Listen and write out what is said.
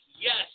yes